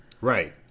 Right